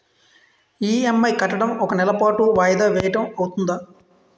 EMI కట్టడం ఒక నెల పాటు వాయిదా వేయటం అవ్తుందా?